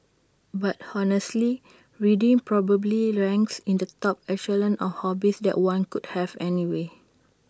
but honestly reading probably ranks in the top echelon of hobbies that one could have anyway